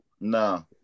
No